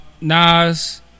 Nas